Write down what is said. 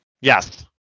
Yes